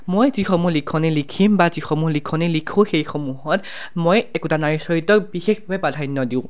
মই যিসমূহ লিখনি লিখিম বা যিসমূহ লিখনি লিখোঁ সেইসমূহত মই একোটা নাৰী চৰিত্ৰক বিশেষভাৱে প্ৰাধান্য দিওঁ